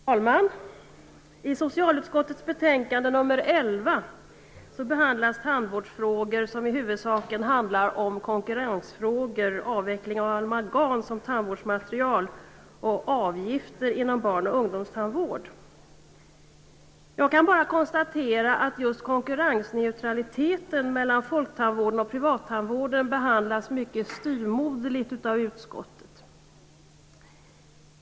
Fru talman! I socialutskottets betänkande nr 11 behandlas tandvårdsfrågor som i huvudsak handlar om konkurrensfrågor samt avvecklingen av amalgam som tandvårdsmaterial och avgifter inom barn och ungdomstandvård. Jag kan bara konstatera att just kunkurrensneutraliteten mellan folktandvården och privattandvården behandlas mycket styvmoderligt av utskottet.